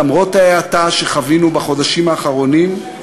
למרות ההאטה שחווינו בחודשים האחרונים,